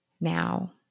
Now